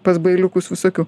pas bailiukus visokių